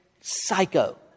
psycho